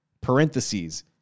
parentheses